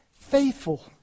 faithful